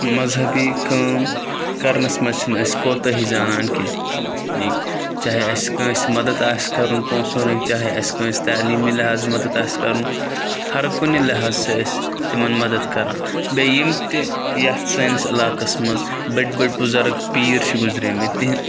مذہبی کٲم کَرنَس منٛز چھِنہٕ أسۍ کوتاہ ہِی زانان کینٛہہ چاہے اَسہِ کٲنٛسہِ مَدَتھ آسہِ کَرُن پونٛسہٕ رٔنگٕۍ چاہے اَسہِ کٲنٛسہِ تعلیٖمی لِحاظ مَدتھ آسہِ کَرُن ہر کُنہِ لِحاظ چھِ أسۍ تِمَن مَدتھ کَران بیٚیہِ یِم تہِ یَتھ سٲنِس علاقَس منٛز بٔڑۍ بٔڑۍ بُزَرگ پیٖر چھِ گُزریمٕتۍ تِۍ